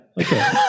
Okay